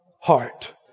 heart